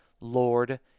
lord